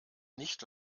nicht